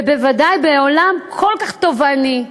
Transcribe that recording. בוודאי בעולם כל כך תובעני,